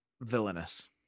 villainous